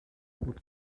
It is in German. gut